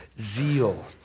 Zeal